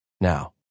now